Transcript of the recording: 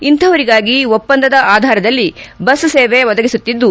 ಇಂತಹವರಿಗಾಗಿ ಒಪ್ಪಂದದ ಆಧಾರದಲ್ಲಿ ಬಸ್ ಸೇವೆ ಒದಗಿಸುತ್ತಿದ್ದು